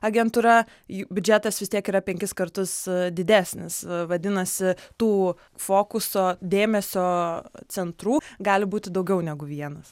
agentūra jų biudžetas vis tiek yra penkis kartus didesnis vadinasi tų fokuso dėmesio centrų gali būti daugiau negu vienas